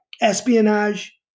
espionage